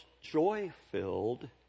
joy-filled